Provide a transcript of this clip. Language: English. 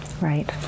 Right